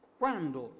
quando